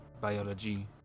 biology